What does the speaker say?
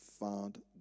found